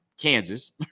Kansas